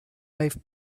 life